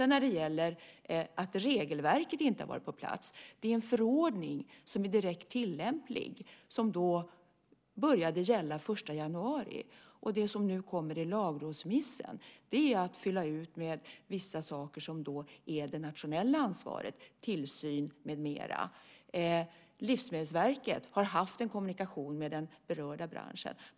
När det gäller att regelverket inte har varit på plats: Det är en förordning, som är direkt tillämplig, som började gälla den 1 januari. Det som nu kommer i lagrådsremissen är att fylla ut med vissa saker som gäller det nationella ansvaret, tillsyn med mera. Livsmedelsverket har haft en kommunikation med den berörda branschen.